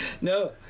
No